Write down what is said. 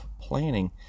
planning